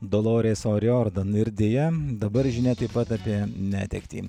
dolores ori ordan ir deja dabar žinią taip pat apie netektį